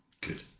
Good